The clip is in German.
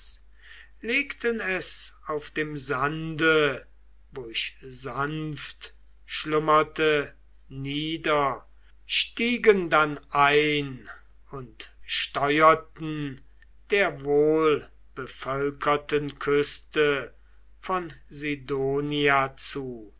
legten es auf dem sande wo ich sanft schlummerte nieder stiegen dann ein und steurten der wohlbevölkerten küste von sidonia zu